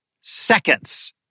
seconds